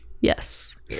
Yes